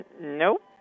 Nope